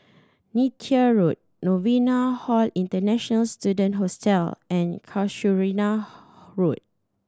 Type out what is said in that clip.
Neythai Road Novena Hall International Student Hostel and Casuarina Road